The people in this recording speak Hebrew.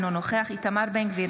אינו נוכח איתמר בן גביר,